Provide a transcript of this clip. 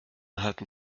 halten